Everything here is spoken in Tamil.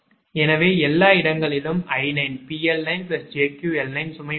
எனவே எல்லா இடங்களிலும் 𝑖9 𝑃𝐿9 𝑗𝑄𝐿9 சுமை உள்ளது